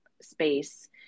space